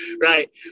Right